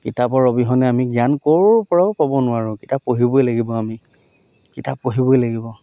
কিতাপৰ অবিহনে আমি জ্ঞান কৰো পৰাও পাব নোৱাৰোঁ কিতাপ পঢ়িবই লাগিব আমি কিতাপ পঢ়িবই লাগিব